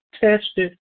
tested